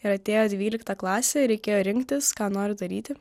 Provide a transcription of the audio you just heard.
ir atėjo dvylikta klasė reikėjo rinktis ką noriu daryti